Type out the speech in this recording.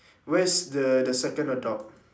where's the the second adult